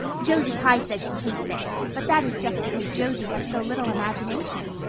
josie pye says she hates it but that is just because josie has so little imagination.